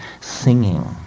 singing